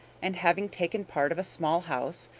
and, having taken part of a small house,